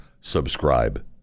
subscribe